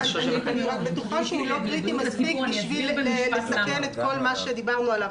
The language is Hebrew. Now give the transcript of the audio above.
אני בטוחה שהוא לא קריטי מספיק בשביל לסכן את כל מה שדיברנו עליו.